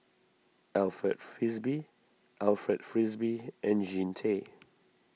Alfred Frisby Alfred Frisby and Jean Tay